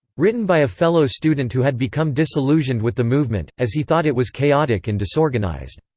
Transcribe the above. written by a fellow student who had become disillusioned with the movement, as he thought it was chaotic and disorganized.